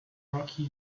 rocky